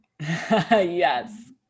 Yes